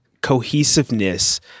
cohesiveness